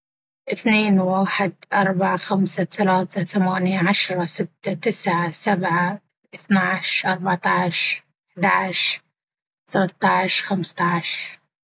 اثنين، واحد، اربعة، خمسة، ثلاثة، ثمانية، عشرة، ستة، تسعة ،سبعة، اثنى عشر، اربعة عشر، احدى عشر، ثلاثة عشر، خمسة عشر.